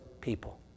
people